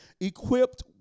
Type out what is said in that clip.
equipped